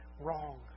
wrong